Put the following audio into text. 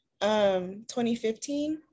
2015